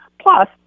Plus